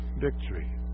victory